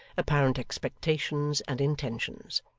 apparent expectations and intentions.